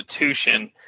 institution